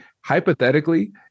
hypothetically